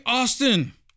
Austin